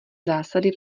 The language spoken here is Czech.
zásady